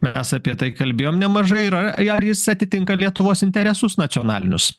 mes apie tai kalbėjom nemažai ir a jei jis atitinka lietuvos interesus nacionalinius